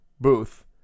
booth